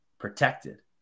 Protected